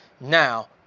now